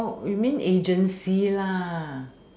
you mean agency lah